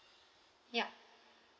ya